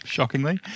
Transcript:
Shockingly